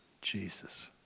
Jesus